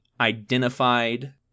identified